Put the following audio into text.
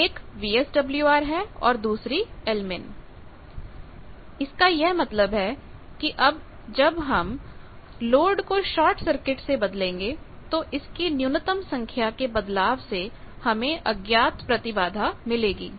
एक VSWR है और दूसरी lmin इसका यह मतलब है कि अबजब हम लोड को शॉर्ट सर्किट से बदलेंगे तो इसकी न्यूनतम संख्या के बदलाव से हमें अज्ञात प्रतिबाधा मिलेगी